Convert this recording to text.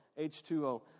H2O